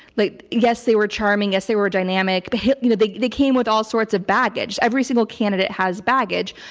like yes, they were charming, yes, they were dynamic. but you know they they came with all sorts of baggage. every single candidate has baggage,